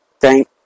thank